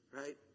Right